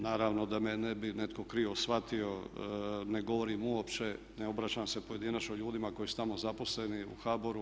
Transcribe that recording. Naravno da me ne bi netko krivo shvatio ne govorim uopće, ne obraćam se pojedinačno ljudima koji su tamo zaposleni u HBOR-u.